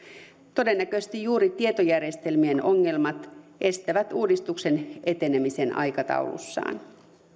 todennäköisesti juuri tietojärjestelmien ongelmat estävät uudistuksen etenemisen aikataulussaan